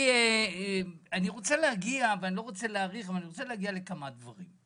אני רוצה להגיע לכמה דברים: